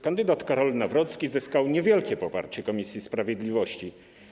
Kandydat Karol Nawrocki zyskał niewielkie poparcie w komisji sprawiedliwości.